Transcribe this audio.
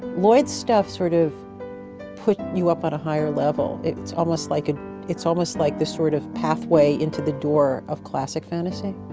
lloyd's stuff sort of put you up on a higher level. it's almost like ah it's almost like this sort of pathway into the door of classic fantasy.